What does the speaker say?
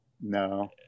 No